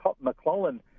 McClellan